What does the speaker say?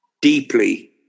deeply